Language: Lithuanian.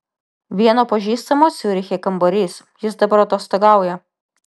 vieno pažįstamo ciuriche kambarys jis dabar atostogauja